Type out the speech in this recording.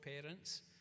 parents